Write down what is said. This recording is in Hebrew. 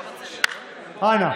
אנא.